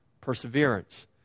perseverance